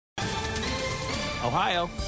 Ohio